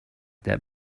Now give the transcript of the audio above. that